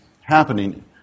happening